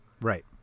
Right